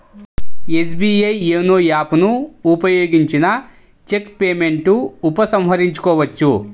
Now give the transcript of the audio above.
SBI YONO app ను ఉపయోగించిన cheque payment ఉపసంహరించుకోవచ్చు